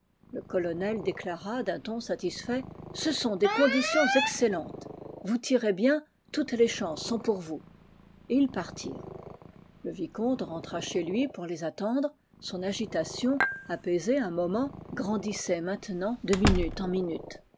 le colonel déclara d'un ton satisfiiit ce sont des conditions excellentes vous tirez bien toutes les chances sont pour vous et ils partirent le vicomte rentra chez lui pour les attendre son agitation apaisée un moment o randissait maintenant de minute en minute